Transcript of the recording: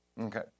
Okay